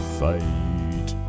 fight